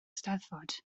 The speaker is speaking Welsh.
eisteddfod